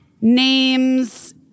names